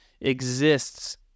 exists